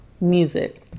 music